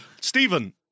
Stephen